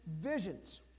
visions